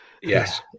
Yes